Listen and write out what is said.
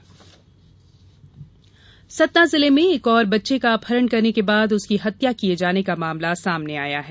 भाजपा आरोप सतना जिले में एक और बच्चे का अपहरण करने के बाद उसकी हत्या किये जाने का मामला सामने आया है